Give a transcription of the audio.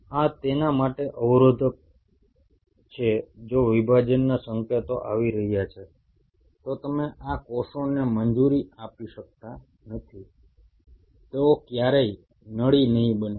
આ તેના માટે અવરોધક છે જો વિભાજનના સંકેતો આવી રહ્યા છે તો તમે આ કોષોને મંજૂરી આપી શકતા નથી તેઓ ક્યારેય નળી નહીં બનાવે